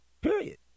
Period